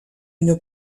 une